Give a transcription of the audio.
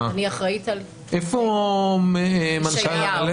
איפה מנכ"ל נעל"ה?